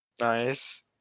Nice